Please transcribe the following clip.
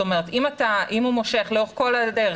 זאת אומרת אם הוא מושך לאורך כל הדרך,